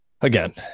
again